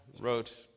wrote